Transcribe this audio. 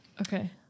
Okay